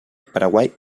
paraguay